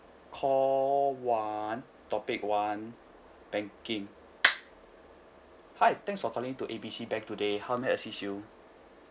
call one topic one banking hi thanks for calling in to A B C bank today how may I assist you